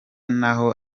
naho